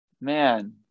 Man